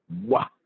Wow